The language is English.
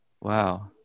Wow